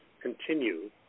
continue